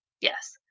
Yes